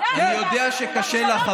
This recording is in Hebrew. אני יודע שקשה לך,